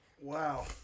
Wow